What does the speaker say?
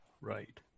Right